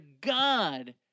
God